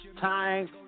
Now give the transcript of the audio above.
time